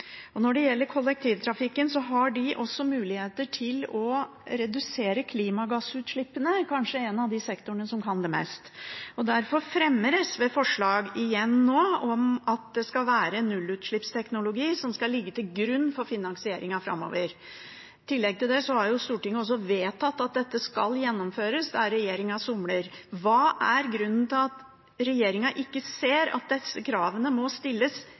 skole. Når det gjelder kollektivtrafikken, har de også muligheter til å redusere klimagassutslippene – det er kanskje en av de sektorene som kan det mest. Derfor fremmer SV igjen forslag om at nullutslippsteknologi skal ligge til grunn for finansieringen framover. I tillegg har Stortinget vedtatt at dette skal gjennomføres, men regjeringen somler. Hva er grunnen til at regjeringen ikke ser at disse kravene må stilles